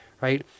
right